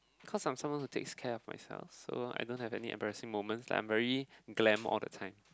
cause I'm someone to take care of myself so I don't have any embarrassing moment like I'm very glam all the times